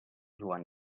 joan